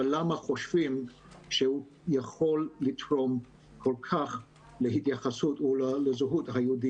ולמה חושבים שהוא יכול לתרום כל כך לזהות היהודית